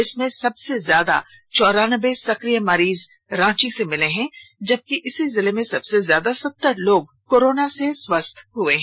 इसमें सबसे ज्यादा चौरान्बे सक्रिय मरीज रांची से मिले हैं जबकि इसी जिले से सबसे ज्यादा सत्तर लोग स्वस्थ हुए हैं